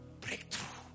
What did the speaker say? Breakthrough